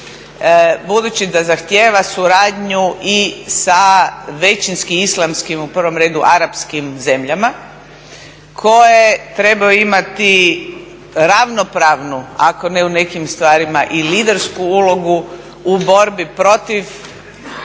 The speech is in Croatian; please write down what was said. Budući da zahtjeva suradnju i sa većinskim islamskim u prvom redu arapskim zemljama koje trebaju imati ravnopravnu, ako ne u nekim stvarima i leadersku ulogu u borbi protiv